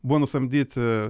buvo nusamdyti